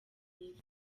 isi